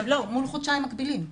בוודאי מול חודשיים מקבילים.